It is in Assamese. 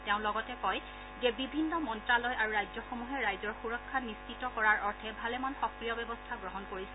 তেওঁ লগতে কয় যে বিভিন্ন মন্তালয় আৰু ৰাজ্যসমূহে ৰাইজৰ সুৰক্ষা নিশ্চিত কৰাৰ অৰ্থে ভালেমান সক্ৰিয় ব্যৱস্থা গ্ৰহণ কৰিছে